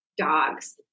dogs